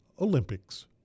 Olympics